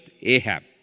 Ahab